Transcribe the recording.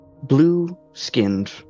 Blue-skinned